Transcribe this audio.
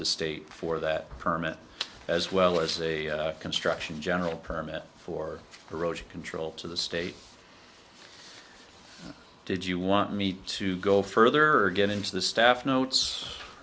the state for that permit as well as a construction general permit for erosion control to the state did you want me to go further get into the staff notes